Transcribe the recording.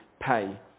pay